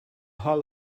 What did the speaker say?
hull